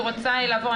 אני רוצה לעבור,